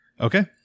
Okay